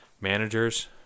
managers